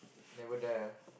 never die ah